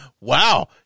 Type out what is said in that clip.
wow